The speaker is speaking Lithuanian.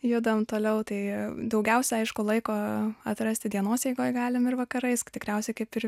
judam toliau tai daugiausiai aišku laiko atrasti dienos eigoj galim ir vakarais tikriausiai kaip ir